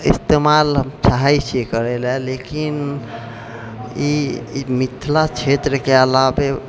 ईस्तेमाल हम चाहैत छियै करैला लेकिन ई मिथिला क्षेत्रके अलावे